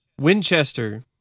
Winchester